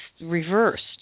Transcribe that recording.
reversed